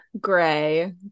gray